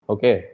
Okay